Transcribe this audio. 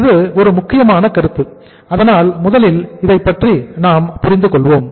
இது ஒரு முக்கியமான கருத்து அதனால் முதலில் இதைப் பற்றி நாம் புரிந்து கொள்வோம்